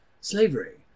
slavery